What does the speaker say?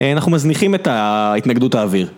אנחנו מזניחים את ההתנגדות האוויר.